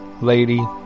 lady